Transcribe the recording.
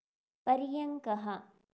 पर्यङ्कः